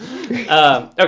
Okay